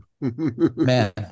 man